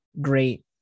great